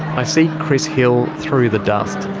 i see chris hill through the dust.